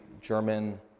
German